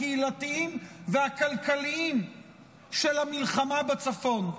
הקהילתיים והכלכליים של המלחמה בצפון.